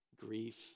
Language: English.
grief